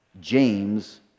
James